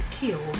killed